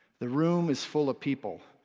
the room is full of people.